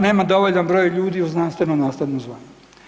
Nema dovoljan broj ljudi u znanstveno nastavnom zvanju.